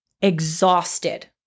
exhausted